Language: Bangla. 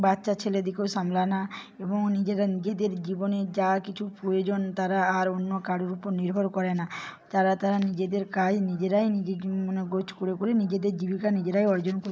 বাচ্চা ছেলেদেরকেও সামলানো এবং নিজেরা নিজেদের জীবনের যা কিছু প্রয়োজন তারা আর অন্য কারুর উপর নির্ভর করে না তারা তারা নিজেদের কাজ নিজেরাই নিজেদের মানে গোছ করে করে নিজেদের জীবিকা নিজেরাই অর্জন করে